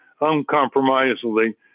uncompromisingly